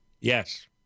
Yes